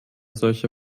solche